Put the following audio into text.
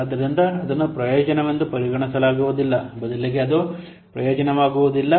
ಆದ್ದರಿಂದ ಅದನ್ನು ಪ್ರಯೋಜನವೆಂದು ಪರಿಗಣಿಸಲಾಗುವುದಿಲ್ಲ ಬದಲಿಗೆ ಅದು ಪ್ರಯೋಜನವಾಗುವುದಿಲ್ಲ